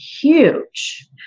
huge